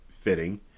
Fitting